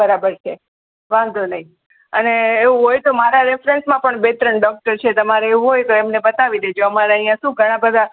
બરાબર છે વાંધો નહીં અને એવું હોય તો મારા રેફરન્સમાં પણ બે ત્રણ ડૉક્ટર છે તમારે એવું હોય તો એમને બતાવી દેજો અમારે અહીંયા શું ઘણા બધા